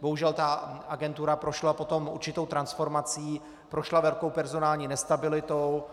Bohužel ta agentura prošla potom určitou transformací, prošla velkou personální nestabilitou,